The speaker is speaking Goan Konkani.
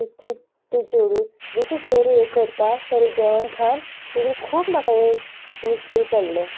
तें चेडूं जशें सगलें हें करता सगलें जेवण खाण तितून खूब म्हाका हें युजफूल पडलें